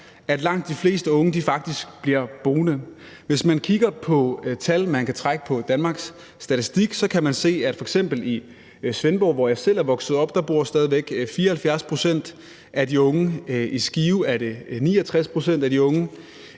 at langt de fleste unge faktisk bliver boende. Hvis man kigger på de tal, man kan trække fra Danmarks Statistik, kan man se, at der f.eks. i Svendborg, hvor jeg selv er vokset op, stadig væk bor 74 pct. af de unge; i Skive er det 69 pct. af de unge;